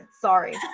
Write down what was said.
Sorry